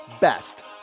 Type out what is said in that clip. best